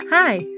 Hi